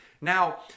Now